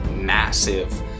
massive